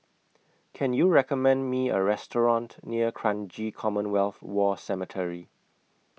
Can YOU recommend Me A Restaurant near Kranji Commonwealth War Cemetery